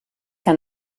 que